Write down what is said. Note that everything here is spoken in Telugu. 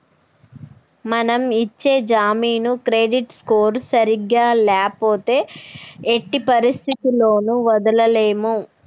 మనం ఇచ్చే జామీను క్రెడిట్ స్కోర్ సరిగ్గా ల్యాపోతే ఎట్టి పరిస్థతుల్లోను వదలలేము